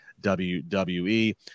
WWE